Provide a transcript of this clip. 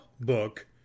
Book